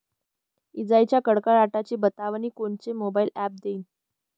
इजाइच्या कडकडाटाची बतावनी कोनचे मोबाईल ॲप देईन?